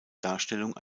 darstellung